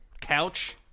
couch